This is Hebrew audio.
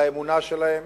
על האמונה שלהם.